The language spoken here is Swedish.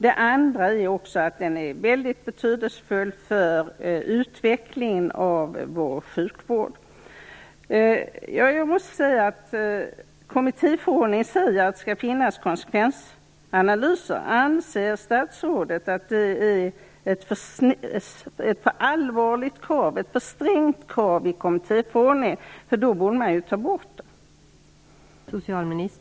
Den är vidare mycket betydelsefull för utvecklingen av vår sjukvård. I kommittéförordningen föreskrivs att det skall göras konsekvensanalyser. Anser statsrådet att det är ett för strängt krav i kommittéförordningen? I så fall borde man ju ta bort det.